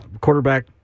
quarterback